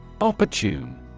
Opportune